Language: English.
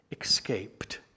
escaped